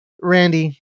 Randy